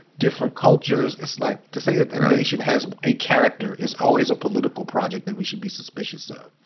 different cultures, it's like to say that the nation has a character is always a political project that we should be suspicious of.